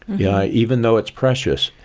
yeah even though it's precious.